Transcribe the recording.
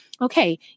Okay